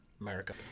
America